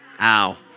Ow